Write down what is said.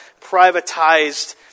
privatized